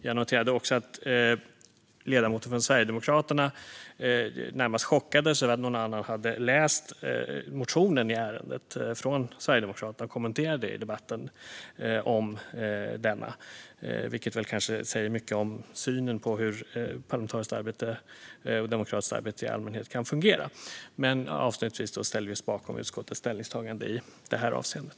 Jag noterade också att ledamoten från Sverigedemokraterna närmast chockades av att någon annan hade läst Sverigedemokraternas motion i ärendet och kommenterade det i debatten. Det säger kanske mycket om synen på hur parlamentariskt arbete och demokratiskt arbete i allmänhet kan fungera. Avslutningsvis ställer vi oss bakom utskottets ställningstagande i det här avseendet.